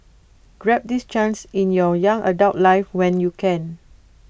grab this chance in your young adult life when you can